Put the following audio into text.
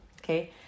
Okay